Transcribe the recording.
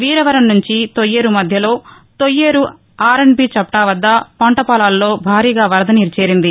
వీరవరం నుంచి తొయ్యేరు మధ్యలో తొయ్యేరు ఆర్అండ్బీ చప్లా వద్ద పంట పొలాల్లో భారీగా వరద నీరు చేరింది